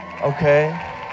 Okay